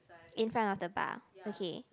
in front of the bar okay